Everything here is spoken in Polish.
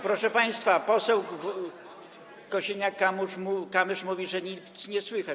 Proszę państwa, poseł Kosiniak-Kamysz mówi, że nic nie słychać.